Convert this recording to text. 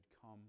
come